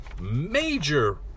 major